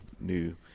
new